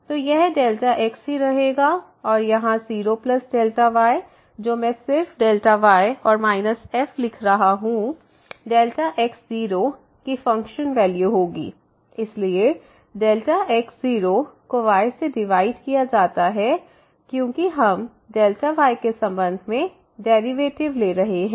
तो यह x ही रहेगा और यहाँ 0y जो मैं सिर्फy और माइनस f लिख रहा हूँ x0 की फंक्शन वैल्यू होगी इसलिए x0 को y से डिवाइड किया जाता है क्योंकि हम y के संबंध में डेरिवेटिव ले रहे हैं